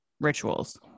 rituals